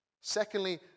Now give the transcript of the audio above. Secondly